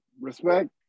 Respect